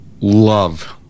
love